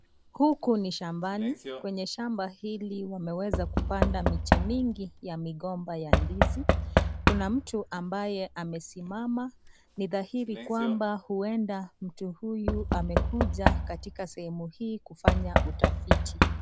Huku ni shambani, kwenye shamba hili wameweza kupanda miche mingi ya migomba ya ndizi. Kuna mtu ambaye amesimama. Ni dhahiri kwamba huenda mtu huyu amekuja katika sehemu hii kufanya utafiti.